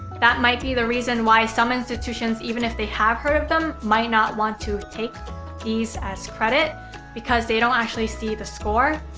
that might be the reason why some institutions even if they have heard of them might not want to take these as credit because they don't actually see the score.